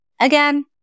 again